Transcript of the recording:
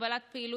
הגבלת פעילות),